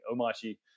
Omachi